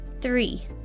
Three